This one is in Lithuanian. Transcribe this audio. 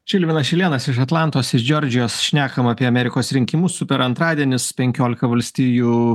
žilvinas šilėnas iš atlantos iš džordžijos šnekam apie amerikos rinkimus super antradienis penkiolika valstijų